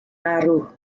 arw